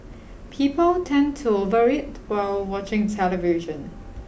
people tend to over eat while watching television